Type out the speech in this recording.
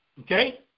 Okay